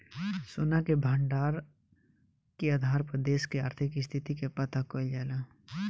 सोना के भंडार के आधार पर देश के आर्थिक स्थिति के पता कईल जाला